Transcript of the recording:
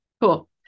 Cool